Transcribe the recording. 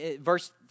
verse